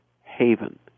Haven